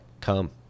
come